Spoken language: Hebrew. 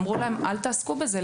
אמרו להם: אל תעסקו בזה,